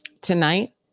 tonight